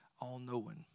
all-knowing